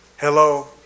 Hello